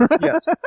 Yes